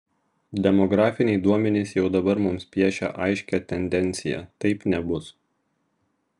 demografiniai duomenys jau dabar mums piešia aiškią tendenciją taip nebus